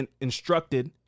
instructed